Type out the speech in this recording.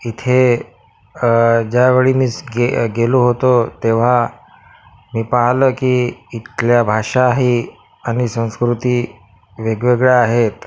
इथे ज्यावेळी मी स गे गेलो होतो तेव्हा मी पाहिलं की इथल्या भाषा ही आणि संस्कृती वेगवेगळ्या आहेत